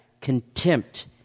contempt